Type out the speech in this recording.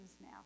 now